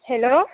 hello